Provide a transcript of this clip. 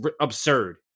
absurd